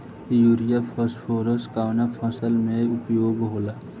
Urea phosphorus कवना फ़सल में उपयोग होला?